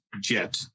jet